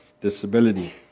disability